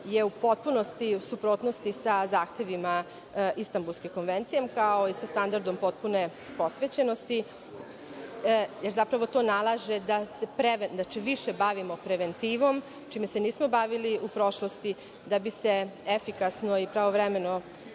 je u potpunosti u suprotnosti sa zahtevima Istanbulske konvencije, kao i sa standardom potpune posvećenosti, jer zapravo to nalaže da se više bavimo preventivom, čime se nismo bavili u prošlosti da bi se efikasno i pravovremeno